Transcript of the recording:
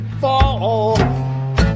fall